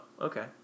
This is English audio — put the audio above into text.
okay